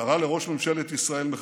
קרא לראש ממשלת ישראל מחבל.